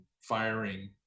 firing